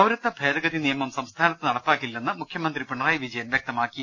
പൌരത്യ ഭേദഗതി നിയമം സംസ്ഥാനത്ത് നടപ്പാക്കില്ലെന്ന് മുഖ്യ മന്ത്രി പിണറായി വിജയൻ വൃക്തമാക്കി